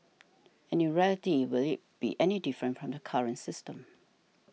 and in reality will it be any different from the current system